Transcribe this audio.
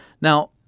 Now